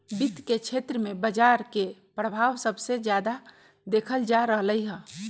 वित्त के क्षेत्र में बजार के परभाव सबसे जादा देखल जा रहलई ह